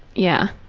yeah,